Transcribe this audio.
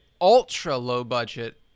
ultra-low-budget